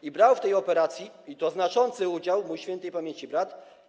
I brał w tej operacji - i to znaczący udział - mój świętej pamięci brat.